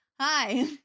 Hi